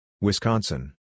Wisconsin